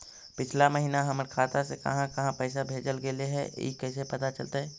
पिछला महिना हमर खाता से काहां काहां पैसा भेजल गेले हे इ कैसे पता चलतै?